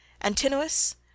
Antinous